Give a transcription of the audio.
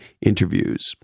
interviews